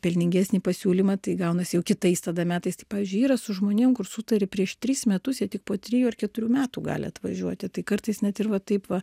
pelningesnį pasiūlymą tai gaunasi jau kitais tada metais pavyzdžiui yra su žmonėm kur sutari prieš tris metus jie tik po trijų ar keturių metų gali atvažiuoti tai kartais net ir va taip va